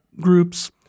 groups